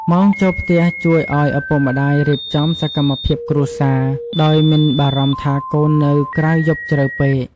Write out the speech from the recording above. ម៉ោងចូលផ្ទះជួយឱ្យឪពុកម្តាយរៀបចំសកម្មភាពគ្រួសារដោយមិនបារម្ភថាកូននៅក្រៅយប់ជ្រៅពេក។